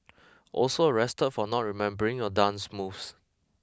also arrested for not remembering your dance moves